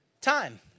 time